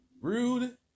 Rude